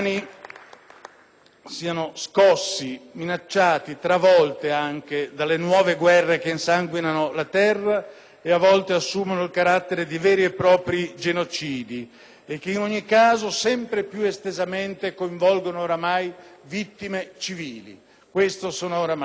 siano scossi, minacciati, travolti dalle nuove guerre che insanguinano la terra, che talvolta assumono il carattere di veri e propri genocidi e che, in ogni caso, sempre più estesamente coinvolgono vittime civili. Questo sono oramai le guerre.